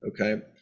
Okay